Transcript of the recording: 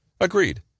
Agreed